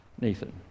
Nathan